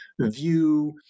view